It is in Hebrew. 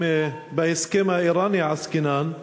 אם בהסכם האיראני עסקינן,